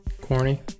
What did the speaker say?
corny